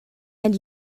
and